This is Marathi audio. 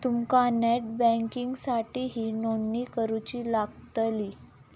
तुमका नेट बँकिंगसाठीही नोंदणी करुची लागतली